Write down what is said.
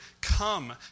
Come